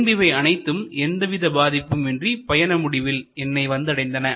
பின்பு இவை அனைத்தும் எந்தவித பாதிப்புமின்றி பயண முடிவில் என்னை வந்து அடைந்தன